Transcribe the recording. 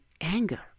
anger